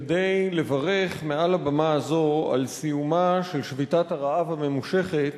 כדי לברך מעל הבמה הזאת על סיומה של שביתת הרעב הממושכת